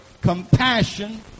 compassion